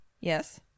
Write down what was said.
Yes